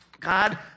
God